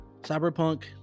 Cyberpunk